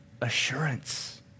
assurance